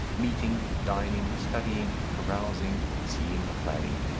meeting, dining, studying, carousing, seeing the play.